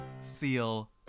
seal